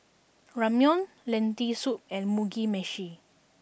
Ramyeon Lentil Soup and Mugi Meshi